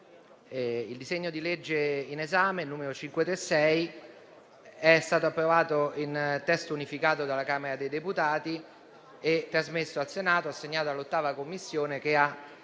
il disegno di legge in esame, n. 536, è stato approvato in un testo unificato dalla Camera dei deputati, trasmesso al Senato e assegnato all'8a Commissione, che ha